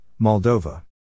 Moldova